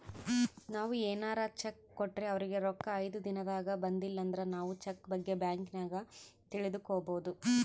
ನಾವು ಏನಾರ ಚೆಕ್ ಕೊಟ್ರೆ ಅವರಿಗೆ ರೊಕ್ಕ ಐದು ದಿನದಾಗ ಬಂದಿಲಂದ್ರ ನಾವು ಚೆಕ್ ಬಗ್ಗೆ ಬ್ಯಾಂಕಿನಾಗ ತಿಳಿದುಕೊಬೊದು